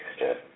Yes